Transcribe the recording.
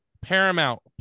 Paramount